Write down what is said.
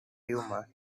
humor